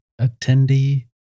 attendee